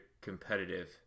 competitive